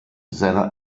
seiner